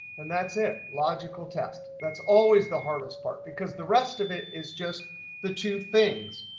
and that's it, logical test. that's always the hardest part because the rest of it is just the two things.